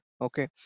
okay